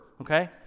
okay